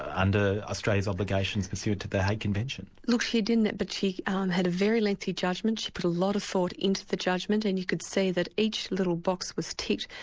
under australia's obligations pursuant to the hague convention. look she didn't, but she um had a very lengthy judgment, she put a lot of thought into the judgment, and you could see that each little box was ticked.